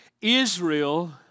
Israel